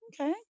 Okay